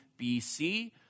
BC